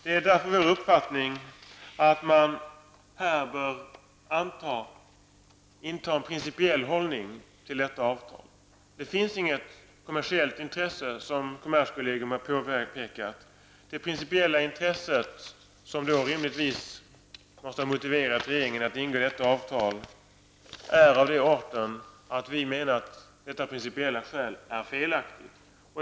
Det är vår uppfattning att man här bör inta en principiell hållning till detta avtal. Som kommerskollegium har påpekat finns här inget kommersiellt intresse för Sverige. Det principiella intresse som rimligtvis måste ha motiverat regeringen att ingå detta avtal är av den arten att vi menar att detta är felaktigt.